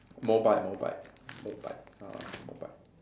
Mobike Mobike Mobike ah Mobike